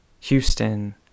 Houston